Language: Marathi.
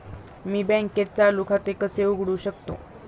मी बँकेत चालू खाते कसे उघडू शकतो?